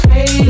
Hey